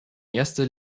erster